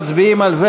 מצביעים על זה,